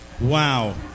Wow